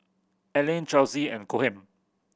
Aleen Chessie and Cohen